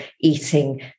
eating